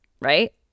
right